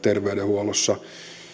terveydenhuollossa